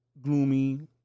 gloomy